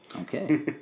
Okay